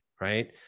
right